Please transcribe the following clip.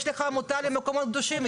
יש לך עמותה למקומות הקדושים,